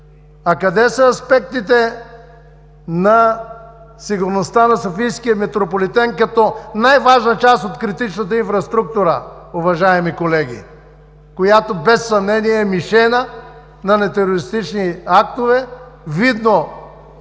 А къде са аспектите на сигурността на Софийския метрополитен като най-важна част от критичната инфраструктура, уважаеми колеги? Тя без съмнение е мишена на терористични актове, видно от